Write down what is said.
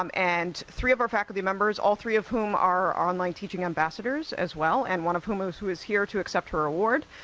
um and three of our faculty members, all three of whom are online teaching ambassadors as well, and one of whom ah who is here to accept her award,